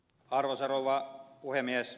arvoisa rouva puhemies